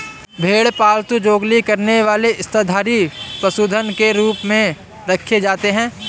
भेड़ पालतू जुगाली करने वाले स्तनधारी पशुधन के रूप में रखे जाते हैं